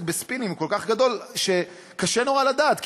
בספינים הוא כל כך גדול שקשה נורא לדעת.